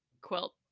quilt